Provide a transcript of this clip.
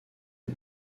est